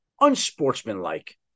unsportsmanlike